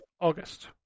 August